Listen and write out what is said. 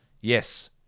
Yes